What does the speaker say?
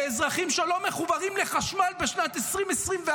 לאזרחים שלא מחוברים לחשמל בשנת 2024,